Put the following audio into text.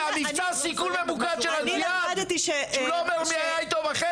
זה מבצע סיכול ממוקד של הג'יהאד שהוא לא אומר מי היה איתו בחדר?